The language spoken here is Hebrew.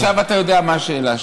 עכשיו אתה יודע מה השאלה שלי.